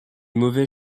mauvais